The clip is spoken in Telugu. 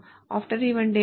After ఈవెంట్ ఏమిటి